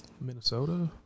Minnesota